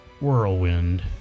Whirlwind